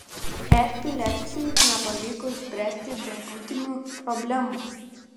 e pileckiui nepavyko išspręsti debiutinių problemų